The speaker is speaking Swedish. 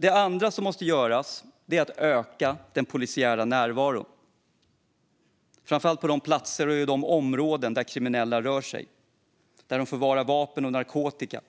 Det andra som måste göras är att öka den polisiära närvaron, framför allt på de platser och i de områden där kriminella rör sig, förvarar vapen och narkotika,